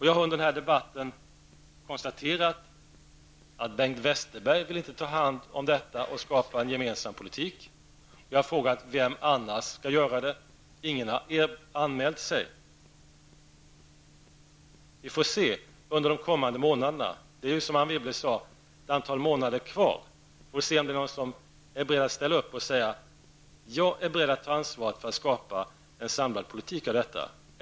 Jag har i denna debatt kunnat konstatera att Bengt Westerberg inte vill ta hand om detta och skapa en gemensam politik. Jag har frågat: Vem annars skall göra det? Ingen av er har anmält sig. Vi får se under de kommande månaderna -- som Anne Wibble sade är det ett antal månader kvar till valet -- vem som vill ställa upp och säga: Jag är beredd att ta ansvar för att skapa en samlad politik.